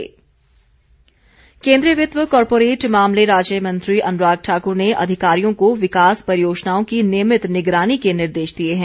अनुराग ठाकुर केन्द्रीय वित्त व कॉरपोरेट मामले राज्य मंत्री अनुराग ठाक्र ने अधिकारियों को विकास परियोजनाओं की नियमित निगरानी के निर्देश दिए है